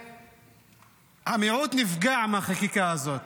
ומיעוט נפגע מהחקיקה הזאת.